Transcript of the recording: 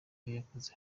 yakoze